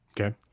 Okay